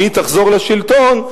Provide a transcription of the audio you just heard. אם היא תחזור לשלטון,